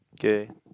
kay